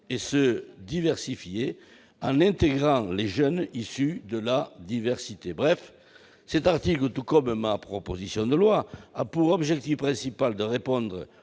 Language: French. et se diversifier, en intégrant les jeunes issus de la diversité. Cet article, tout comme ma proposition de loi, a pour objectif principal de répondre